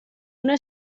una